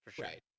right